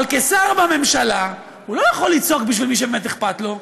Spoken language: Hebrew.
אבל כשר בממשלה הוא לא יכול לצעוק בשביל מי שבאמת אכפת לו.